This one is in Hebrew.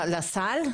לסל,